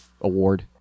award